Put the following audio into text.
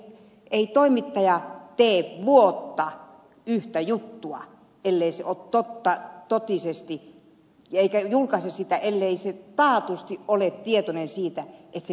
eikä toimittaja tee vuotta yhtä juttua ellei se ole totta totisesti eikä julkaise sitä ellei hän taatusti ole tietoinen siitä että se pitää paikkansa